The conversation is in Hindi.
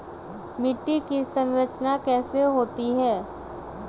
मिट्टी की संरचना कैसे होती है?